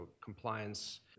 compliance